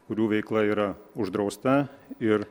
kurių veikla yra uždrausta ir